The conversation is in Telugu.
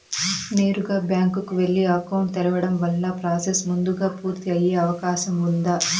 నేరుగా బ్యాంకు కు వెళ్లి అకౌంట్ తెరవడం వల్ల ప్రాసెస్ ముందుగా పూర్తి అయ్యే అవకాశం ఉందా?